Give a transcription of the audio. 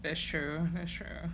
that's true that's true